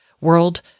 world